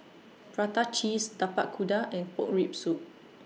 Prata Cheese Tapak Kuda and Pork Rib Soup